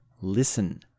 listen